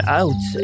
out